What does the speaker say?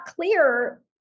clear